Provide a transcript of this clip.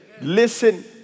listen